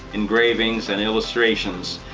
engravings, and illustrations.